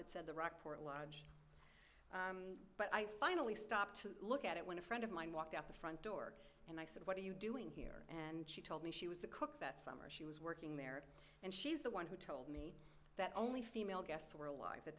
that said the rockport lodge but i finally stopped to look at it when a friend of mine walked out the front door and i said what are you doing here and she told me she was the cook that summer she was working there and she's the one who told me that only female guests were alive that